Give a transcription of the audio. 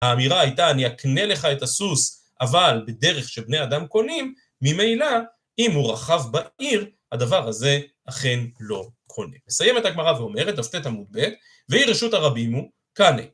האמירה הייתה אני אקנה לך את הסוס אבל בדרך שבני אדם קונים ממילא אם הוא רכב בעיר הדבר הזה אכן לא קונה. מסיים את הגמרא ואומר את ת״ט, עמוד ב' והיא רשות הרבים הוא כאן